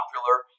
popular